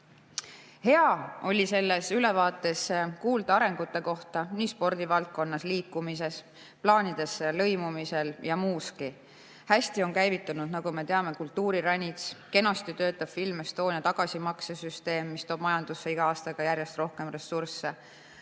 Hea oli selles ülevaates kuulda arengu kohta spordivaldkonnas, liikumises, plaanidest lõimumisel ja muuski. Hästi on käivitunud, nagu me teame, kultuuriranits. Kenasti töötab Film Estonia tagasimaksesüsteem, mis toob majandusse iga aastaga järjest rohkem ressurssi.